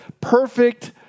perfect